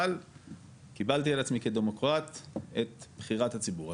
אבל קיבלתי על עצמי כדמוקרט את בחירת הציבור.